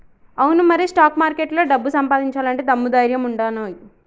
అవును మరి స్టాక్ మార్కెట్లో డబ్బు సంపాదించాలంటే దమ్ము ధైర్యం ఉండానోయ్